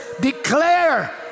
declare